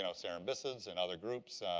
you know cerambycids and other groups.